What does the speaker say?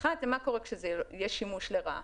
האחת, מה קורה כשיש שימוש לרעה.